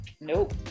Nope